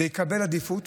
זה יקבל עדיפות.